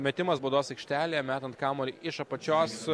metimas baudos aikštelėje metant kamuolį iš apačios